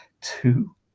two